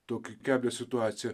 tokią keblią situaciją